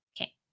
okay